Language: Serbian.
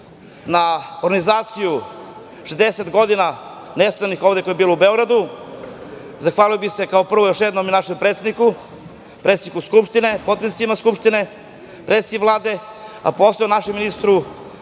na organizaciji 60 godina nesvrstanih ovde koje je bilo u Beogradu. Zahvalio bih se prvo još jednom našem predsedniku, predsedniku Skupštine, potpredsednicima Skupštine, predsednici Vlade, a posebno našem ministru